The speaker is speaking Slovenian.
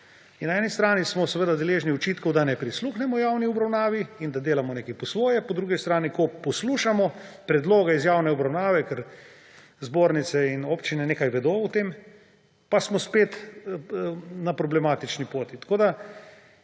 In na eni strani smo seveda deležni očitkov, da ne prisluhnemo javni obravnavi in da delamo nekaj po svoje. Po drugi strani, ko poslušamo predloge iz javne obravnave, ker zbornice in občine nekaj vedo o tem, pa smo spet na problematični poti.